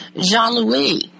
Jean-Louis